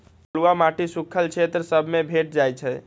बलुआ माटी सुख्खल क्षेत्र सभ में भेंट जाइ छइ